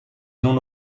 non